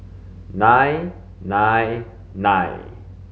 nine nine nine